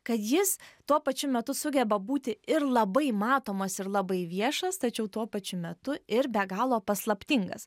kad jis tuo pačiu metu sugeba būti ir labai matomas ir labai viešas tačiau tuo pačiu metu ir be galo paslaptingas